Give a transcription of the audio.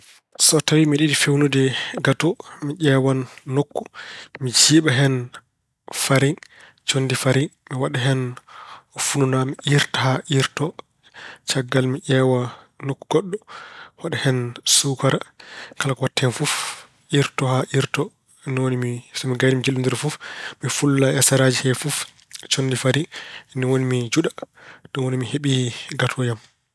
So tawi mbeɗa yiɗi feewnude gato, mi ƴeewan nokku. Mi jiiɓa en fariŋ conndi fariŋ. Mi waɗa hen fununaa, mi iirta haa iirto. Caggal mi ƴeewa nokku goɗɗo mi waɗa hen suukara e kala ko waɗate hen fof. Mi iirta haa iirto. Ni woni so mi gayni mi jillondira, mi fulla e saraaji e fof conndi fariŋ. Ni woni mi juɗa, ni woni mi heɓii gato am.